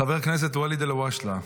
חבר הכנסת ואליד אלהואשלה.